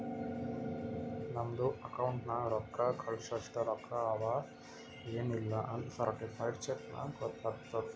ನಮ್ದು ಅಕೌಂಟ್ ನಾಗ್ ರೊಕ್ಕಾ ಕಳ್ಸಸ್ಟ ರೊಕ್ಕಾ ಅವಾ ಎನ್ ಇಲ್ಲಾ ಅಂತ್ ಸರ್ಟಿಫೈಡ್ ಚೆಕ್ ನಾಗ್ ಗೊತ್ತಾತುದ್